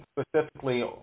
Specifically